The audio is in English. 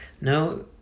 No